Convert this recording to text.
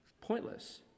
pointless